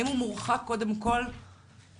האם הוא מורחק קודם כל מאנשים,